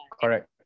Correct